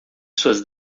suas